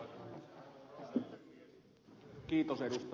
kiitos ed